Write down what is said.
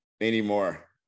anymore